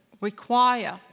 require